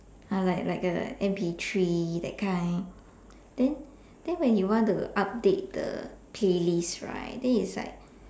!huh! like like a M_P three that kind then then when you want to update the playlist right then it's like